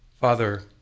Father